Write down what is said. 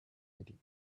meeting